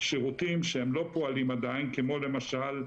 שירותים שהם לא פועלים עדיין, כמו למשל,